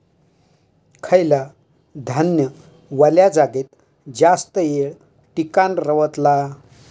खयला धान्य वल्या जागेत जास्त येळ टिकान रवतला?